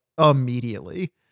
immediately